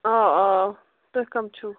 آ آ تُہۍ کٕم چھُو